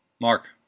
Mark